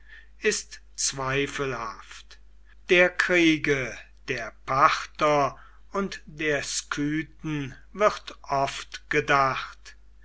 ist zweifelhaft der kriege der parther und der skythen wird oft gedacht